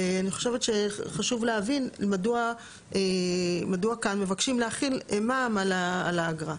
ואני חושבת שחשוב להבין מדוע כאן מבקשים להחיל מע"מ על האגרה.